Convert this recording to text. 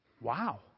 Wow